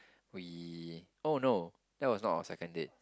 we oh no that was not our second date